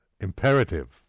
imperative